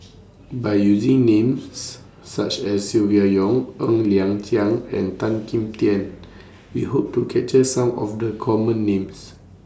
By using Names such as Silvia Yong Ng Liang Chiang and Tan Kim Tian We Hope to capture Some of The Common Names